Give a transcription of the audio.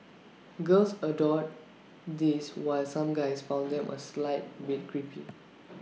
girls adored these while some guys found them A slight bit creepy